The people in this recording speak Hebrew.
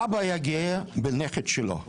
סבא היה גאה בנכד שלו.